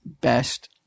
best